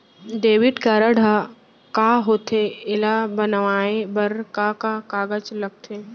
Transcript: Debit card ह का होथे एला बनवाए बर का का कागज लगथे?